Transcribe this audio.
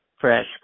fresh